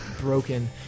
broken